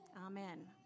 amen